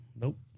Nope